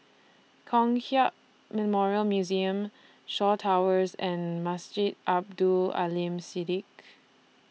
Kong Hiap Memorial Museum Shaw Towers and Masjid Abdul Aleem Siddique